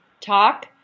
Talk